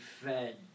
fed